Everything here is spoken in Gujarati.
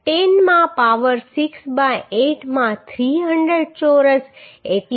10 માં પાવર 6 બાય 8 માં 300 ચોરસ 83